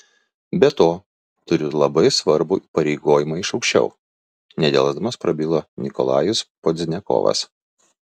be to turiu labai svarbų įpareigojimą iš aukščiau nedelsdamas prabilo nikolajus pozdniakovas